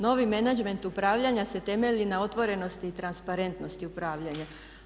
Novi menadžment upravljanja se temelji na otvorenosti i transparentnosti upravljanja.